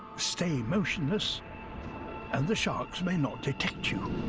stay motionless and the sharks may not detect you.